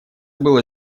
было